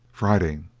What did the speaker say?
friday